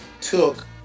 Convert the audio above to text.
took